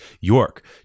York